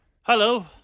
Hello